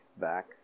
back